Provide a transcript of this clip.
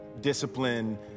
discipline